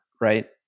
right